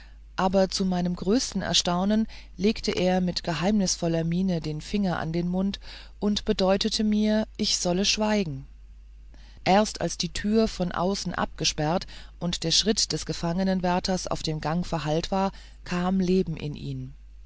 aber zu meinem größten erstaunen legte er mit geheimnisvoller miene den finger an den mund und bedeutete mir ich solle schweigen erst als die tür von außen abgesperrt und der schritt des gefangenwärters auf dem gange verhallt war kam leben in ihn